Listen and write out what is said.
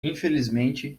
infelizmente